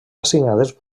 assignades